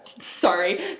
sorry